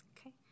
Okay